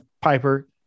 Piper